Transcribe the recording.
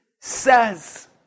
says